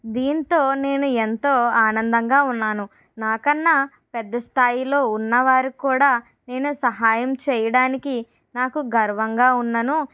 దీంతో నేను ఎంతో ఆనందంగా ఉన్నాను నాకన్నపెద్ద స్థాయిలో ఉన్న వారు కూడా నేను సహాయం చేయడానికి నాకు గర్వంగా ఉన్నను